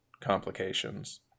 complications